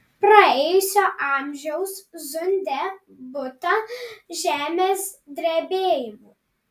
praėjusio amžiaus zunde būta žemės drebėjimų